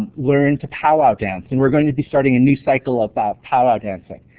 learn to powwow dance. and we're going to be starting a new cycle about powwow dancing.